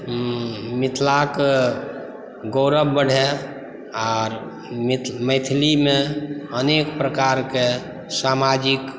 मिथिलाक गौरव बढ़ाय आर मैथिलीमे अनेक प्रकारकेँ सामाजिक